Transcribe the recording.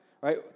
Right